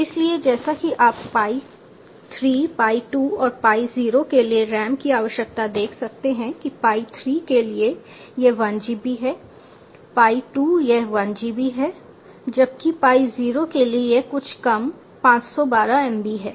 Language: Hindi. इसलिए जैसा कि आप पाई 3 पाई 2 और पाई 0 के लिए RAM की आवश्यकताएं देख सकते हैं पाई 3 के लिए यह 1 GB है पाई 2 यह 1 GB है जबकि पाई 0 के लिए यह कुछ कम 512 MB है